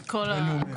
על כל הכניסות.